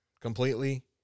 completely